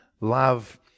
love